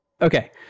Okay